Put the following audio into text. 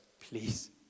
Please